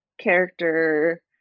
character